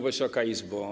Wysoka Izbo!